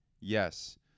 Yes